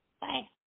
Bye